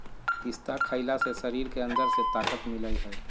पिस्ता खईला से शरीर के अंदर से ताक़त मिलय हई